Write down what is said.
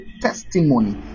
testimony